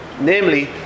namely